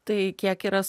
tai kiek yra su